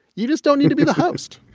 you just don't need to be the host.